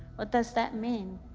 what does that mean?